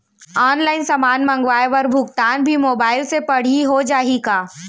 Online समान मंगवाय बर भुगतान भी मोबाइल से पड़ही हो जाही का?